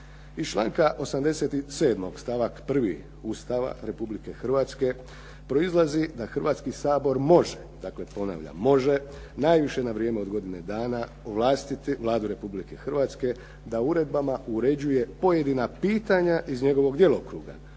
članka 87. stavak 1. Ustava Republike Hrvatske proizlazi da Hrvatski sabor može, dakle ponavljam može najviše na vrijeme od godine dana ovlastiti Vladu Republike Hrvatske da uredbama uređuje pojedina pitanja iz njegovog djelokruga